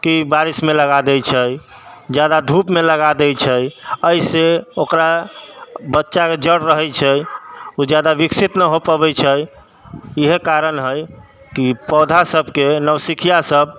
कि बारिशमे लगा दै छै ज्यादा धूपमे लगा दै छै एहिसँ ओकरा बच्चाके जड़ि रहै छै ओ ज्यादा विकसित नहि हो पबै छै इएह कारण हइ कि पौधा सबके नवसिखुआसब